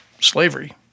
slavery